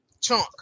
chunk